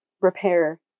repair